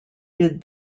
did